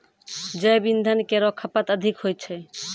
जैव इंधन केरो खपत अधिक होय छै